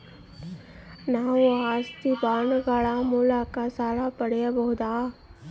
ನಾವು ಆಸ್ತಿ ಬಾಂಡುಗಳ ಮೂಲಕ ಸಾಲ ಪಡೆಯಬಹುದಾ?